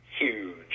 Huge